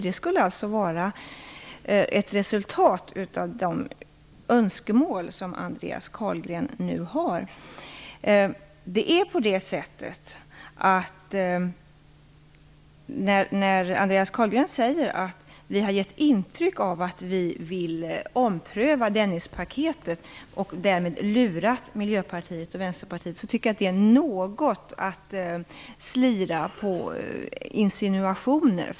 Det skulle bli följden av Andreas Andreas Carlgren säger att vi har gett intryck av att vi vill ompröva Dennispaketet och att vi därmed har lurat Miljöpartiet och Vänsterpartiet. Jag tycker att det är att slira med en insinuation.